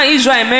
Israel